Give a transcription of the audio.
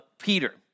Peter